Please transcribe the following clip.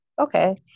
Okay